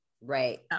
Right